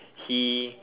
he